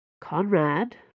Conrad